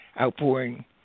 outpouring